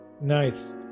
nice